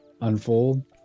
unfold